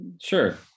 Sure